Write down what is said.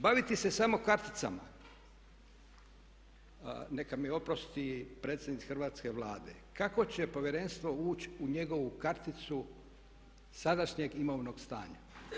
Baviti se samo karticama, neka mi oprosti predsjednik hrvatske Vlade, kako će Povjerenstvo ući u njegovu karticu sadašnjeg imovnog stanja?